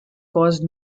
caused